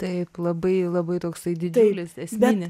taip labai labai toksai didžiulis esminis